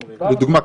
לדוגמה,